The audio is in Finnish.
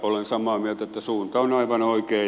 olen samaa mieltä että suunta on aivan oikea